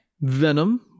Venom